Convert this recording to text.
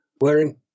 wearing